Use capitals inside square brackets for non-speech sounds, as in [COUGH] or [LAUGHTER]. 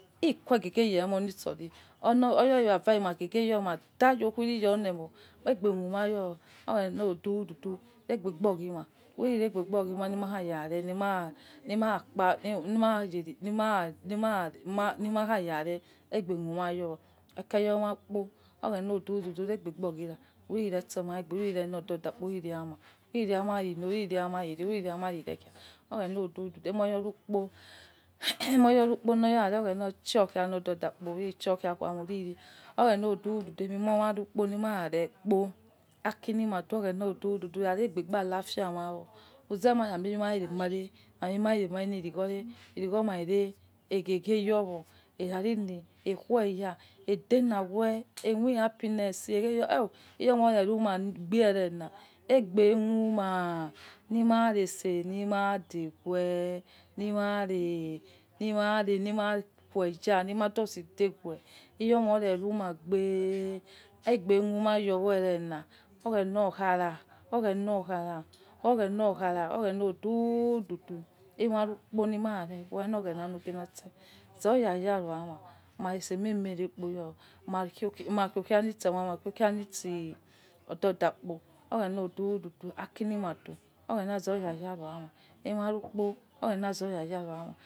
Ikhue gheghe emonison olo ya kha vare magheghe okhui yolomo egbe khuma yo oghena odududu rigbe gbo ghima [UNINTELLIGIBLE] egbe khuna yowo oghena odududu regbe olise ghe ma ure lodo da kpo ure ama ure ma irere ireicekha oghena odu imo ya rukpo loya re oghena shokhai ya ma, oghena odududu ima nikpo mina rekpo aki nima da oghena ralefia mawo aimema remare li iregwo re cune ighai ghai yowo eweya, idelaghue emi happy eghe o oh! Iyo ma ore ruma gbe irela, aigbe khuma ma itse lima deghue limare lima ghuya lima deghue iyo mo re rugbe aigbe khuma yowo irela oghena khara oghena okhara [HESITATION] oghena oduduch, ema rukpo mina zara yaro ama mashokhai lisema mashokhai cu ododa kpo oghena odududu aki lima do oghena yazo ai yo ama oghena zore yoro yame.